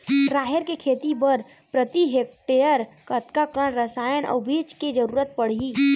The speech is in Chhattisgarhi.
राहेर के खेती बर प्रति हेक्टेयर कतका कन रसायन अउ बीज के जरूरत पड़ही?